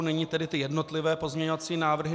Nyní tedy ty jednotlivé pozměňovací návrhy.